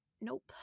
Nope